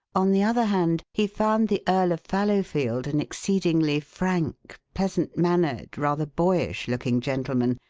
on the other hand he found the earl of fallowfield an exceedingly frank, pleasant-mannered, rather boyish-looking gentleman,